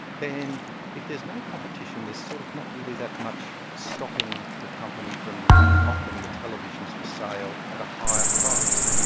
then if there's no competition there's sort of not really that much stopping the company from offering the televisions for sale at a higher price.